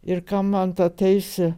ir kam man ta teisė